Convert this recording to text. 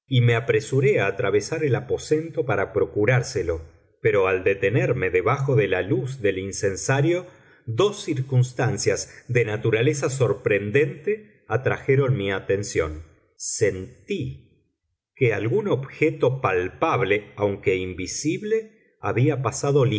y me apresuré a atravesar el aposento para procurárselo pero al detenerme debajo de la luz del incensario dos circunstancias de naturaleza sorprendente atrajeron mi atención sentí que algún objeto palpable aunque invisible había pasado